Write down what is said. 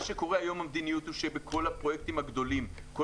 המדיניות היום היא שבכל הפרויקטים הגדולים באות